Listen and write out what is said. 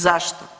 Zašto?